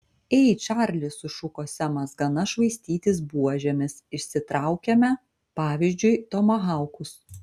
ei čarli sušuko semas gana švaistytis buožėmis išsitraukiame pavyzdžiui tomahaukus